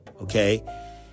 Okay